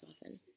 often